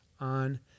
on